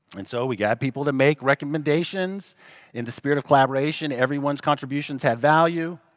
and so we got people to make recommendations in the spirit of collaboration, everyone's contributions have value.